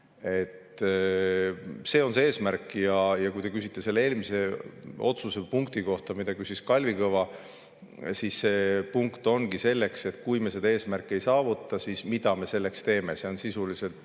See on see eesmärk. Kui sa küsid selle eelmise otsuse punkti kohta, mida küsis Kalvi Kõva, siis see punkt ongi selleks, et kui me seda eesmärki [tahame] saavutada, siis mida me selleks teeme. See on sisuliselt